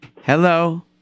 Hello